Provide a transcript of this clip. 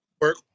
work